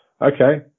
okay